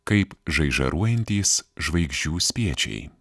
kaip žaižaruojantys žvaigždžių spiečiai